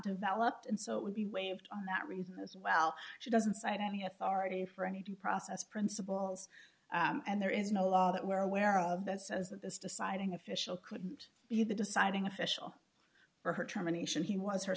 developed and so it would be waived on that reason as well she doesn't cite any authority for any due process principles and there is no law that we're aware of that says that this deciding official couldn't be the deciding official for her terminations he was her